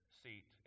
seat